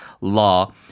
law